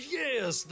yes